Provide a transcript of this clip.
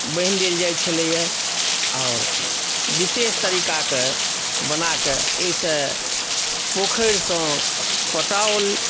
बान्हि देल जाइत छलैए आओर विशेष तरीकाके बनाके ओहिसँ पोखरिसँ पटाओल